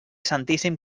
santíssim